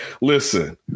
Listen